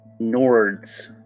Nords